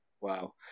wow